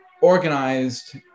organized